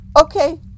Okay